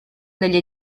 degli